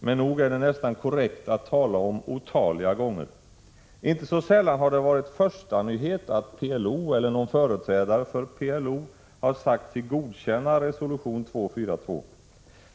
Men nog är det nästan korrekt att tala om otaliga gånger. Inte så sällan har det varit förstanyhet att PLO eller någon företrädare för PLO har sagt sig godkänna resolution 242.